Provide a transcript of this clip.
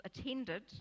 attended